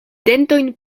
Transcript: dentojn